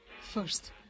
first